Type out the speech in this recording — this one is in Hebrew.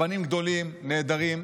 רבנים גדולים, נהדרים.